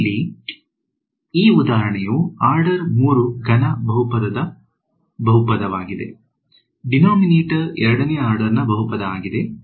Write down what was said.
ಇಲ್ಲಿ ಈ ಉದಾಹರಣೆಯು ಆರ್ಡರ್ 3 ಘನ ಬಹುಪದದ ಬಹುಪದವಾಗಿದೆ ದಿನೊಮಿನಾಟೋರ್ ೨ ನೇ ಆರ್ಡರ್ ನ ಬಹುಪದ ಆಗಿದೆ